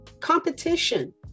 competition